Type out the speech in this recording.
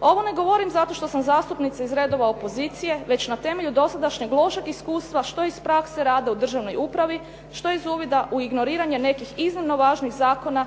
Ovo ne govorim zato što sam zastupnica iz redova opozicije već na temelju dosadašnjeg lošeg iskustva što iz prakse rada u državnoj upravi, što iz uvida u ignoriranje nekih iznimno važnih zakona,